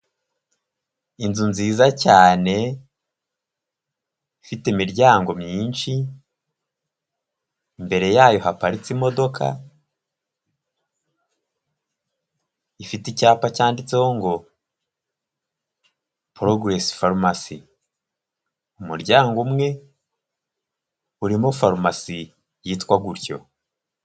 Inzu nziza cyane ifite imiryango myinshi, imbere yayo haparitse imodoka, ifite icyapa cyanditseho ngo: "Progress Farumasi", umuryango umwe urimo farumasi yitwa gutyo.